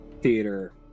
theater